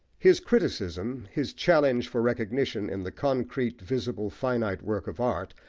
his criticism, his challenge for recognition in the concrete, visible, finite work of art,